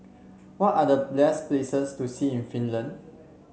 what are the places to see in Finland